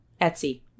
Etsy